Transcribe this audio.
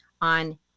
on